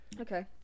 Okay